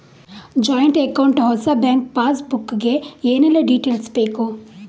Joint account ಹೊಸ bank passbook ಗೆ ಏನೆಲ್ಲ ಡೀಟೇಲ್ಸ್ ಬೇಕು?